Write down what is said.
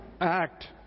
act